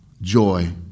joy